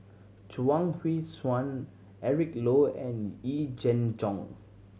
Chuang Hui Tsuan Eric Low and Yee Jenn Jong